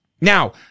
Now